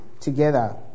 together